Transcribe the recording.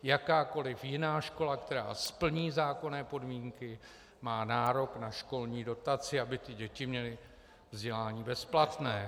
Jakákoliv jiná škola, která splní zákonné podmínky, má nárok na školní dotaci, aby děti měly vzdělání bezplatné.